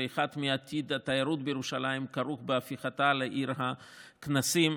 ועתיד התיירות בירושלים כרוך בהפיכתה לעיר הכנסים.